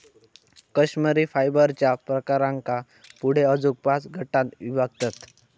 कश्मिरी फायबरच्या प्रकारांका पुढे अजून पाच गटांत विभागतत